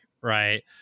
Right